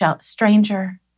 stranger